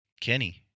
Kenny